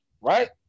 right